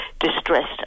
distressed